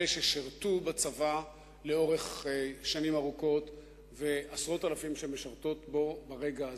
אלה ששירתו בצבא לאורך שנים רבות ועשרות אלפים שמשרתות בו ברגע הזה.